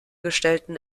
gestellten